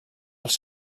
els